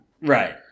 right